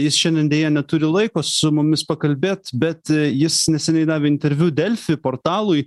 jis šiandien deja neturi laiko su mumis pakalbėt bet jis neseniai davė interviu delfi portalui